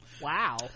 wow